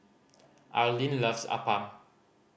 Arlin loves appam